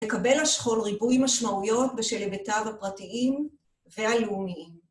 מקבל השכול ריבוי משמעויות בשל הבטיו הפרטיים והלאומיים.